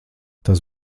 tas